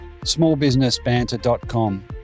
smallbusinessbanter.com